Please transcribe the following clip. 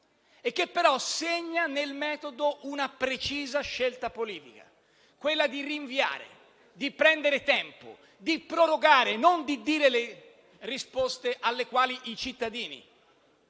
e che però segna, nel metodo, una precisa scelta politica: quella di rinviare, prendere tempo e prorogare, senza dire le risposte alle quali i cittadini